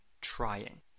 trying